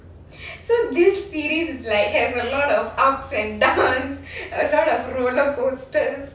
so this series is like has a lot of ups and downs a lot of roller coasters